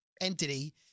entity